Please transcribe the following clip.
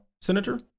Senator